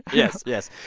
yes. yes.